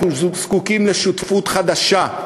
אנחנו זקוקים לשותפות חדשה.